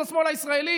של השמאל הישראלי.